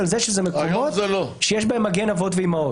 מוקדמת שהגיעה העת לשים בתוך בתי אבות,